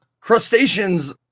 crustaceans